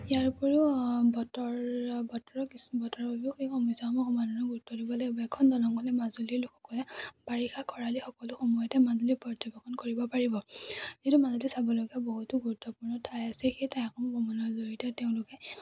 ইয়াৰ উপৰিও বতৰ বতৰৰ কিছু বতৰৰ বাবেও সেই সমস্যাসমূহ সমাধানৰ গুৰুত্ব দিব লাগিব এখন দলঙ হ'লে মাজুলীৰ লোকসকলে বাৰিষা খৰালি সকলো সময়তে মাজুলী পৰ্যবেক্ষণ কৰিব পাৰিব যিহেতু মাজুলীত চাবলগীয়া বহুতো গুৰুত্বপূৰ্ণ ঠাই আছে সেই ঠাইসমূহ ভ্ৰমণৰ জৰিয়তে তেওঁলোকে